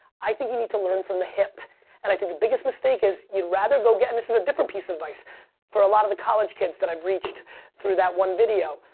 i think you need to learn from the hip and i think the biggest mistake is you'd rather go get and this is a different piece of advice for a lot of the college kids that i've reached through that one video.